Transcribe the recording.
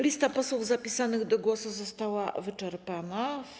Lista posłów zapisanych do głosu została wyczerpana.